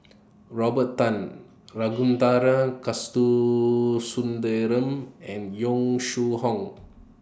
Robert Tan Ragunathar Kanagasuntheram and Yong Shu Hoong